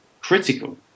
critical